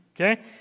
okay